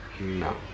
No